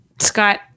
Scott